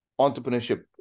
entrepreneurship